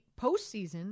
postseason